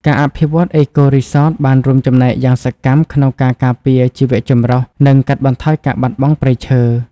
ការអភិវឌ្ឍន៍ អេកូរីសត បានរួមចំណែកយ៉ាងសកម្មក្នុងការការពារជីវចម្រុះនិងកាត់បន្ថយការបាត់បង់ព្រៃឈើ។